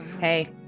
Hey